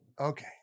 Okay